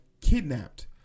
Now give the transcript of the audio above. kidnapped